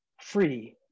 free